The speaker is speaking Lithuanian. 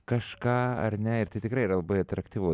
kažką ar ne ir tai tikrai yra labai atraktyvu